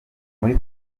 muri